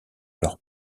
leurs